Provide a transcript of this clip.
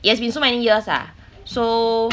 it has been so many years ah so